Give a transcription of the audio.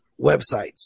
websites